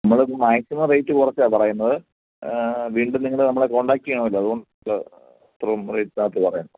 നമ്മൾ maximum rate കുറച്ചാണ് പറയുന്നത് വീണ്ടും നിങ്ങൾ നമ്മളെ കോൺടാക്ട് ചെയ്യണമല്ലോ അതുകൊണ്ട് ഇത്രയും റേയ്റ്റ് താഴ്ത്തി പറയുന്നത്